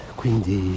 quindi